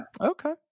Okay